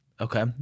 Okay